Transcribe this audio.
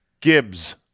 Gibbs